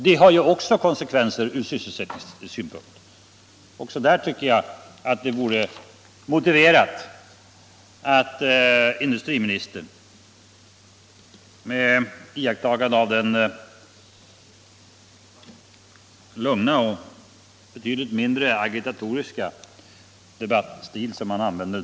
Det har också konsekvenser ur sysselsättningssynpunkt. Också det tycker jag vore motiverat att industriministern erkände.